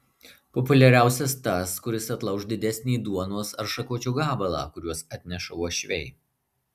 populiariausias tas kuris atlauš didesnį duonos ar šakočio gabalą kuriuos atneša uošviai